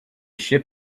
ship